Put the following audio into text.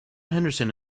henderson